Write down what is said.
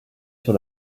sur